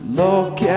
look